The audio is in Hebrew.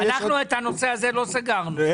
את הנושא הזה לא סגרנו.